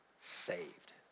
saved